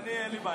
אין לי בעיה.